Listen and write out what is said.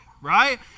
Right